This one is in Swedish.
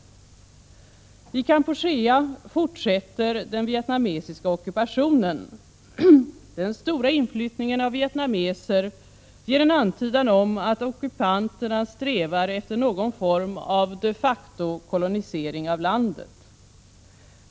I Kampuchea fortsätter den vietnamesiska ockupationen. Den stora inflyttningen av vietnameser ger en antydan om att ockupanterna strävar efter någon form av de facto kolonisering av landet.